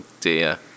dear